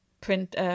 print